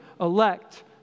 elect